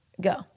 go